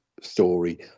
story